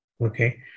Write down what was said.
Okay